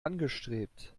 angestrebt